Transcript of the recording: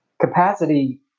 capacity